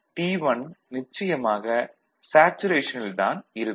T1 நிச்சயமாக சேச்சுரேஷனில் தான் இருக்கும்